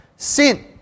sin